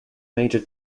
major